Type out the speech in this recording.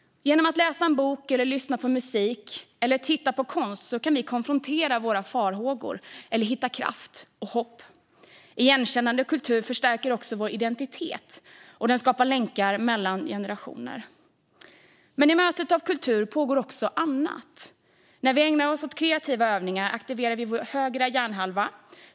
Genom att läsa en bok, lyssna på musik eller titta på konst kan vi konfrontera våra farhågor eller hitta kraft och hopp. Igenkännande kultur förstärker också vår identitet, och den skapar länkar mellan generationer. Men i mötet med kultur pågår också annat. När vi ägnar oss åt kreativa övningar aktiverar vi vår högra hjärnhalva.